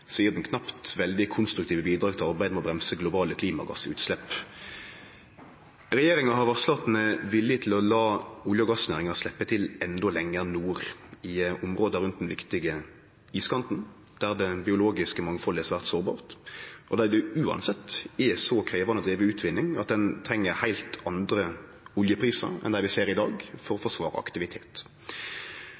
knapt veldig konstruktive bidrag til arbeidet med å bremse globale klimagassutslepp. Regjeringa har varsla at dei er villige til å la olje- og gassnæringa sleppe til endå lenger nord, i områda rundt den viktige iskanten, der det biologiske mangfaldet er svært sårbart, og der det uansett er så krevjande å drive utvinning at ein treng heilt andre oljeprisar enn dei vi ser i dag, for å forsvare aktivitet.